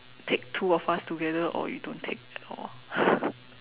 take two of us together or you don't take at all